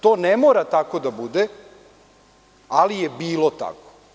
To ne mora tako da bude, ali je bilo tako.